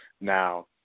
Now